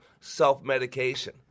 self-medication